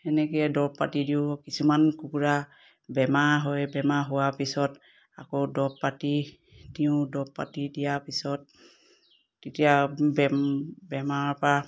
সেনেকে দৰৱ পাতি দিওঁ কিছুমান কুকুৰা বেমাৰ হয় বেমাৰ হোৱাৰ পিছত আকৌ দৰৱ পাতি দিওঁ দৰৱ পাতি দিয়াৰ পিছত তেতিয়া বেমাৰৰ পৰা